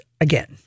again